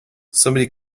somebody